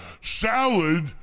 Salad